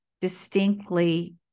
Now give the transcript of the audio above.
distinctly